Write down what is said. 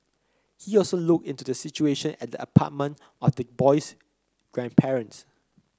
he also looked into the situation at the apartment of the boy's grandparents